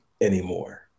anymore